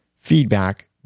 feedback